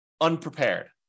unprepared